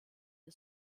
der